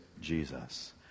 Jesus